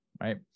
right